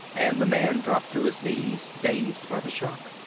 and the man dropped to his knees, dazed by the shock.